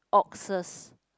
oxes